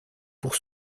pour